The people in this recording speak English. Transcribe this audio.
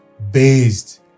based